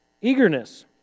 eagerness